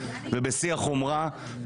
ובשיא החומרה.